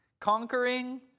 conquering